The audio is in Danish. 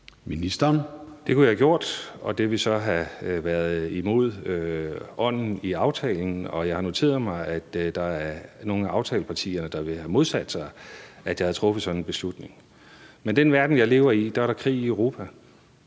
Det kunne jeg have gjort, og det ville så have været imod ånden i aftalen, og jeg har noteret mig, at der er nogle af aftalepartierne, der ville have modsat sig det, hvis jeg havde truffet sådan en beslutning. Men i den verden, jeg lever i, er der krig i Europa.